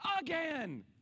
again